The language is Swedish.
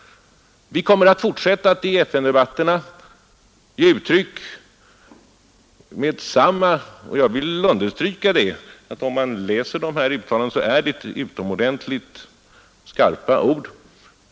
Vi kommer att fortsätta att i FN-debatterna ge uttryck för vår uppfattning om utvecklingen i Östpakistan med samma ord — och om man läser uttalandena skall man finna att det är utomordentligt skarpa formuleringar, jag vill understryka det.